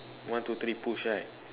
one two three push right